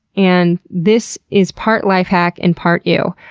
and this is part life-hack and part ew.